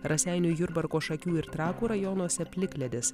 raseinių jurbarko šakių ir trakų rajonuose plikledis